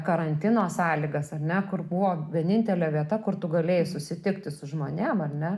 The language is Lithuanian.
karantino sąlygas ar ne kur buvo vienintelė vieta kur tu galėjai susitikti su žmonėm ar ne